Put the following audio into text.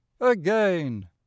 again